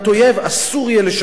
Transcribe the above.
אסור יהיה לשחרר אותם.